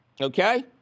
Okay